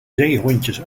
zeehondjes